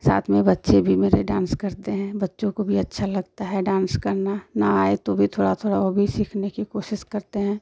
साथ में बच्चे भी मेरे डांस करते हैं बच्चों को भी अच्छा लगता है डांस करना न आए तो भी थोड़ा थोड़ा वो भी सीखने की कोशिश करते हैं